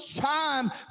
time